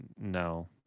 no